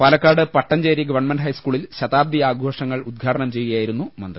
Palakkad Pattanchery government ഹൈസ്കൂളിൽ ശതാബ്ദി ആഘോഷങ്ങൾ ഉദ്ഘാടനം ചെയ്യുകയായിരുന്നു മന്ത്രി